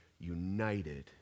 united